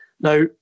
Now